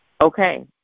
Okay